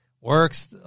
Works